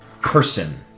person